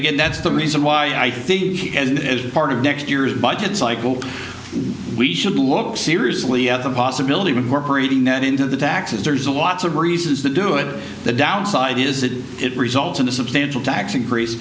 again that's the reason why i think as it is part of next year's budget cycle we should look seriously at the possibility of a corporate a net into the taxes there's a lot of reasons to do it the downside is that it results in a substantial tax increase